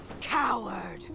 Coward